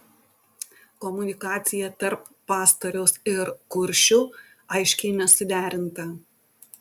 komunikacija tarp pastoriaus ir kuršių aiškiai nesuderinta